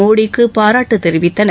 மோடிக்கு பாராட்டு தெரிவித்தனர்